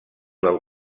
del